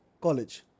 college